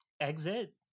exit